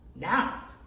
Now